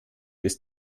ist